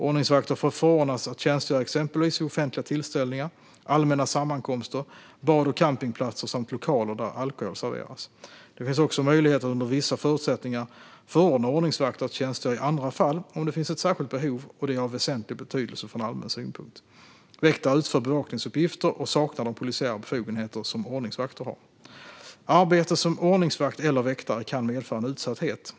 Ordningsvakter får förordnas att tjänstgöra exempelvis vid offentliga tillställningar, allmänna sammankomster, bad och campingplatser samt lokaler där alkohol serveras. Det finns också möjlighet att under vissa förutsättningar förordna ordningsvakter att tjänstgöra i andra fall om det finns ett särskilt behov och det är av väsentlig betydelse från allmän synpunkt. Väktare utför bevakningsuppgifter och saknar de polisära befogenheter som ordningsvakter har. Arbete som ordningsvakt eller väktare kan medföra en utsatthet.